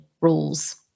rules